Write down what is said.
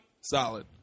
solid